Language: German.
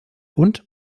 und